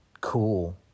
cool